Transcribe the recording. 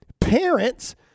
parents